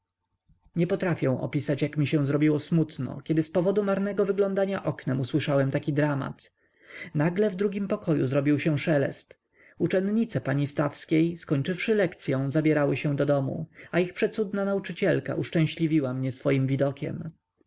nie potrafię opisać jak mi się zrobiło smutno kiedy z powodu marnego wyglądania oknem usłyszałem taki dramat nagle w drugim pokoju zrobił się szelest uczennice pani stawskiej skończywszy lekcyą zabierały się do domu a ich przecudna nauczycielka uszczęśliwiła mnie swoim widokiem